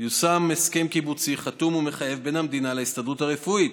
יושם הסכם קיבוצי חתום ומחייב בין המדינה להסתדרות הרפואית,